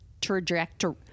trajectory